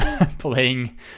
playing